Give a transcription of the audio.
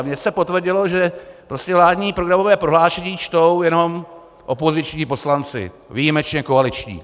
Mně se potvrdilo, že vládní programové prohlášení čtou jenom opoziční poslanci, výjimečně koaliční.